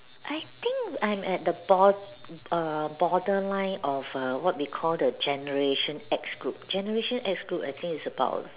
I think I'm at the bord~ err borderline of err what we call the generation X group generation X group I think is about